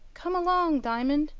come along, diamond,